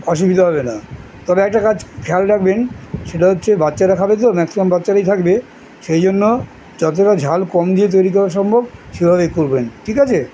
অসুবিধা হবে না তবে একটা কাজ খেয়াল রাখবেন সেটা হচ্ছে বাচ্চারা খাবে তো ম্যাক্সিমাম বাচ্চারাই থাকবে সেই জন্য যতটা ঝাল কম দিয়ে তৈরি করা সম্ভব সেভাবেই করবেন ঠিক আছে